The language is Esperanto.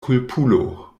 kulpulo